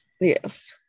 Yes